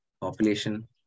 population